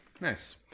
Nice